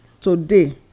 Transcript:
today